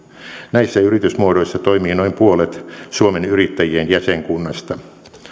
näissä yritysmuodoissa toimii noin puolet suomen yrittäjien jäsenkunnasta